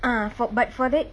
ah for but for that